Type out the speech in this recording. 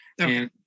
Okay